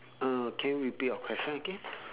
uh can you repeat your question again